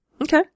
Okay